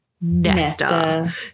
Nesta